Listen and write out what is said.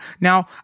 Now